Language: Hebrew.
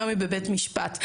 היום היא בבית משפט,